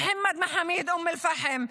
מוחמד מחאמיד מאום אל-פחם,